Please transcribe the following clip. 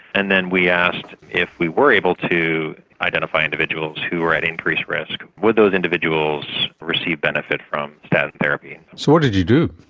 and then we asked if we were able to identify individuals who were at increased risk, would those individuals receive benefit from statin therapy. so what did you do?